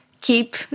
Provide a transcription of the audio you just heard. keep